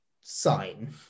sign